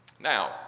Now